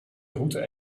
route